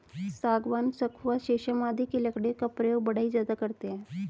सागवान, सखुआ शीशम आदि की लकड़ियों का प्रयोग बढ़ई ज्यादा करते हैं